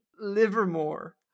Livermore